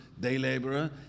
day-laborer